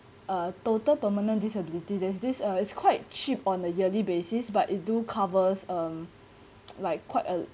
a total permanent disability there's this uh it's quite cheap on a yearly basis but it do covers um like quite a